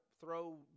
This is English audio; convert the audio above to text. throw